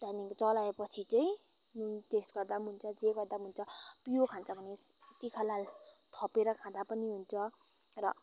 त्यहाँदेखि चलाएपछि चाहिँ नुन टेस्ट गर्दा पनि हुन्छ जे गर्दा पनि हुन्छ पिरो खान्छ भने तिखालाल थपेर खाँदा पनि हुन्छ र